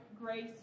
grace